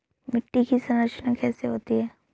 मिट्टी की संरचना कैसे होती है?